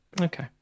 Okay